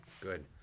Good